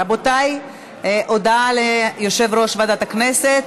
רבותיי, הודעה ליושב-ראש ועדת הכנסת,